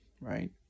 right